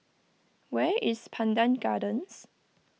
where is Pandan Gardens